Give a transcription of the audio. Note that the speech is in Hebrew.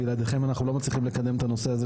בלעדיכם אנחנו לא מצליחים לקדם את הנושא הזה,